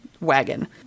wagon